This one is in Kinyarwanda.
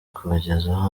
kubagezaho